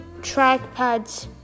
trackpads